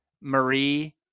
Marie